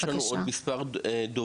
יש לנו עוד מספר דוברים,